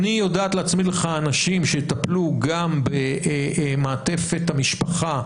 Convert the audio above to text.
אני יודעת להצמיד לך אנשים שיטפלו גם במעטפת המשפחה,